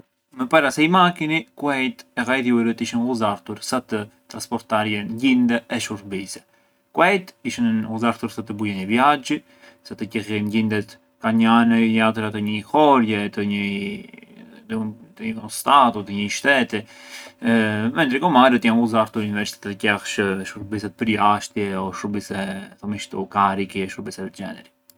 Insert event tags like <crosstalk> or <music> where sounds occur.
Më para se i makini, kuejt e gajdhjurët ishë ghuzartur të trasportarjën gjinde e shurbise. Kuejt ishën ghuzartur sa të bujën i viaxhi, sa të qilljën gjindet ka një anë te jatra te njëi horie, të njëi <hesitation> di uno stato, të njei Shteti mentri gomarët janë ghuzartur sa të qellsh shurbise përjashtie o shurbise, thomi kështu, carichi, shurbise del xheneri.